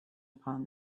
upon